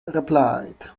replied